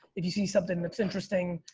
if you see something that's interesting,